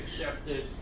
accepted